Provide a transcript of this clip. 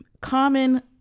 common